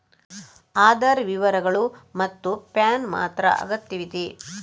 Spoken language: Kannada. ಆಧಾರ್ ವಿವರಗಳು ಮತ್ತು ಪ್ಯಾನ್ ಮಾತ್ರ ಅಗತ್ಯವಿದೆ